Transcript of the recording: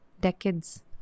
Decades